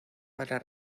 para